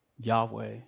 Yahweh